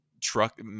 truck